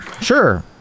Sure